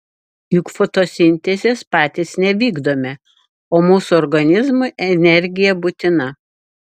juk fotosintezės patys nevykdome o mūsų organizmui energija būtina